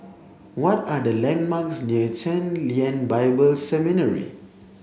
what are the landmarks near Chen Lien Bible Seminary